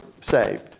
saved